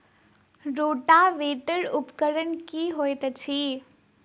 Rotavator उपकरण की हएत अछि?